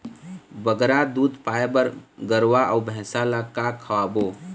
बगरा दूध पाए बर गरवा अऊ भैंसा ला का खवाबो?